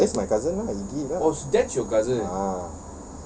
that's my cousin lah igi lah ah